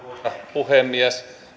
puhemies